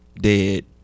dead